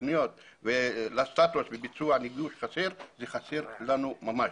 לתוכניות ולסטטוס ביצוע --- חסר זה חסר לנו ממש.